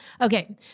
Okay